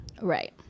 Right